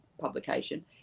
publication